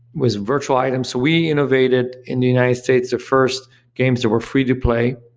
was virtual items we innovated in the united states the first games that were free to play.